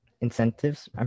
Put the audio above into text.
incentives